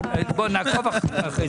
נעקוב אחרי זה.